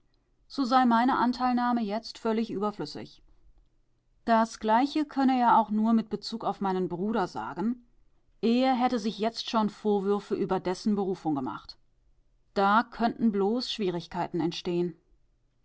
so sei meine anteilnahme jetzt völlig überflüssig das gleiche könne er auch nur mit bezug auf meinen bruder sagen er hätte sich jetzt schon vorwürfe über dessen berufung gemacht da könnten bloß schwierigkeiten entstehen